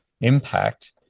impact